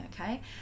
okay